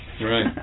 Right